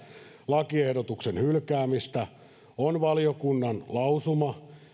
lakiehdotuksen hylkäämistä on valiokunnan lausuma